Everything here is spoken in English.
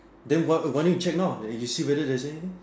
then why why don't you check now then you see whether there's anything